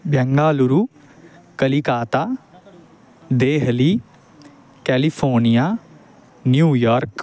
Bengaluru Kolkata Delhi California New York